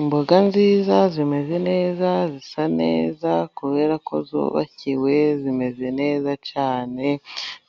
Imboga nziza zimeze neza zisa neza, kubera ko zubakiwe zimeze neza cyane